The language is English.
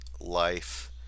life